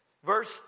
Verse